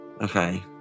Okay